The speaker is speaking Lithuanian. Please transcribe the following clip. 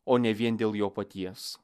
o ne vien dėl jo paties